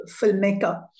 filmmaker